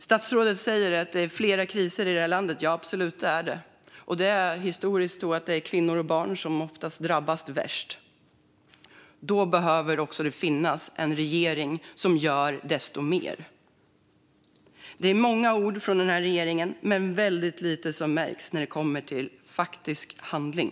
Statsrådet säger att det är flera kriser i det här landet. Absolut, det är det, och historiskt är det oftast kvinnor och barn som drabbas värst. Då behöver det också finnas en regering som gör desto mer. Det är många ord från den här regeringen men väldigt lite som märks när det kommer till faktisk handling.